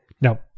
Now